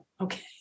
okay